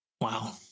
Wow